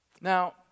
Now